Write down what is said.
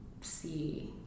see